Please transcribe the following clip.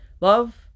love